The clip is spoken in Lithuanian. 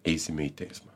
eisime į teismą